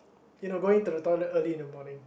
you know going to the toilet early in the morning